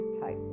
type